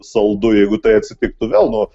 saldu jeigu tai atsitiktų vėl nu